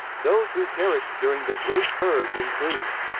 those who perished during the great purge include